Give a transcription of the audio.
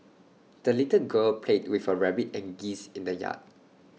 the little girl played with her rabbit and geese in the yard